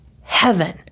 heaven